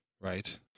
right